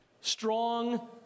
strong